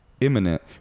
imminent